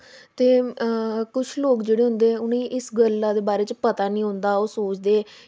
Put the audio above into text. ते कुछ लोग जेह्ड़े होंदे उ'नें गी इस गल्ला दे बारे च पता निं होंदा ओह् सोचदे